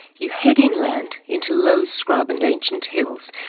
you head inland, into low scrub and ancient hills,